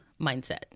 mindset